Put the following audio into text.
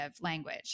language